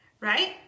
right